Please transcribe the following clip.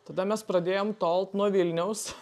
tada mes pradėjom tolt nuo vilniaus